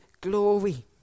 glory